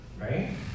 right